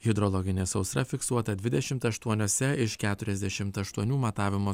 hidrologinė sausra fiksuota dvidešimt aštuoniose iš keturiasdešimt aštuonių matavimo